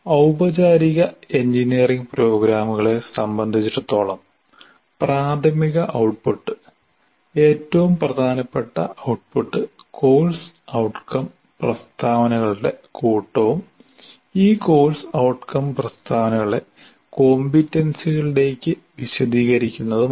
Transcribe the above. ഔപചാരിക എഞ്ചിനീയറിംഗ് പ്രോഗ്രാമുകളെ സംബന്ധിച്ചിടത്തോളം പ്രാഥമിക ഔട്ട്പുട്ട് ഏറ്റവും പ്രധാനപ്പെട്ട ഔട്ട്പുട്ട് കോഴ്സ് ഔട്ട്കം പ്രസ്താവനകളുടെ കൂട്ടവും ഈ കോഴ്സ് ഔട്ട്കം പ്രസ്താവനകളെ കോംപറ്റൻസികളിലേക്ക് വിശദീകരിക്കുന്നതുമാണ്